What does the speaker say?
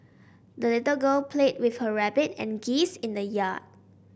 the little girl played with her rabbit and geese in the yard